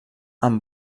amb